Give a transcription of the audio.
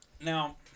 Now